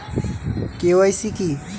KYC কি?